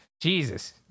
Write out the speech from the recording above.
Jesus